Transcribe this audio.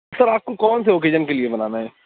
سر آپ کو کون سے اوکیژن کے لیے بنانا ہے